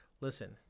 listen